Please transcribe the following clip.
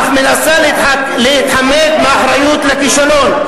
אך מנסה להתחמק מאחריות לכישלון.